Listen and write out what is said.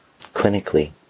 clinically